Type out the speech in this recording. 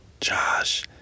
Josh